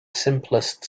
simplest